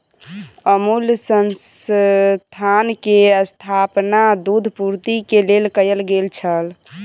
अमूल संस्थान के स्थापना दूध पूर्ति के लेल कयल गेल छल